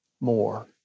more